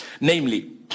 Namely